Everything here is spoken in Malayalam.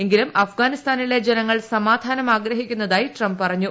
എങ്കിലും അഫ്ഗാനിസ്ഥാനിലെ ജനങ്ങൾ സമാധാനം ആഗ്രഹിക്കുന്നതായി ട്രംപ് പറഞ്ഞു